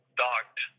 docked